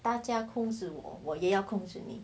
大家控制我我也要控制你